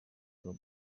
gabon